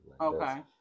Okay